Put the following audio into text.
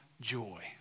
joy